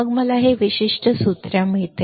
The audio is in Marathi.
मग मला हे विशिष्ट सूत्र मिळते